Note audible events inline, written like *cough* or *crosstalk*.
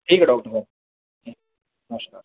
ठीक है *unintelligible* नमस्कार